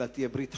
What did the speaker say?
אלא ברית חיים.